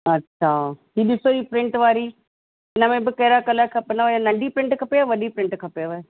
अच्छा हीअ ॾिसो हीअ प्रिंट वारी हिन में बि कहिड़ा कलर खपनव या नंढी प्रिंट खपेव वॾी प्रिंट खपेव